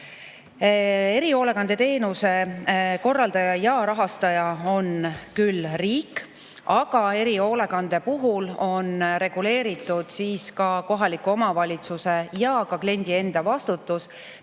Erihoolekandeteenuse korraldaja ja rahastaja on küll riik, aga erihoolekande puhul on reguleeritud ka kohaliku omavalitsuse ja kliendi enda vastutus.